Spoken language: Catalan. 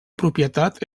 propietat